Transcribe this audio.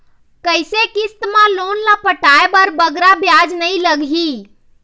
कइसे किस्त मा लोन ला पटाए बर बगरा ब्याज नहीं लगही?